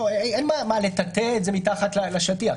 אין מה לטאטא את זה מתחת לשטיח.